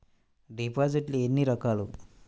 డిపాజిట్లు ఎన్ని రకాలు?